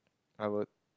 I would